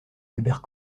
albert